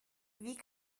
wie